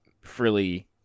frilly